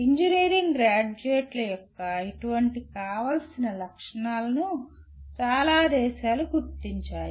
engineering గ్రాడ్యుయేట్ల యొక్క ఇటువంటి కావాల్సిన లక్షణాలను చాలా దేశాలు గుర్తించాయి